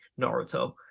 naruto